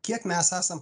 kiek mes esam